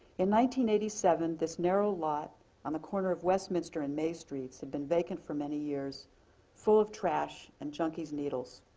in one seven, this narrow lot on the corner of westminster and may streets had been vacant for many years full of trash and junkies needles.